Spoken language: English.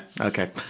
okay